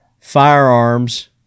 firearms